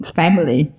family